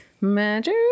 Magic